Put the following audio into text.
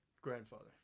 Grandfather